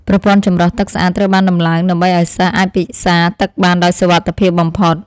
ប្រព័ន្ធចម្រោះទឹកស្អាតត្រូវបានតម្លើងដើម្បីឱ្យសិស្សអាចពិសាទឹកបានដោយសុវត្ថិភាពបំផុត។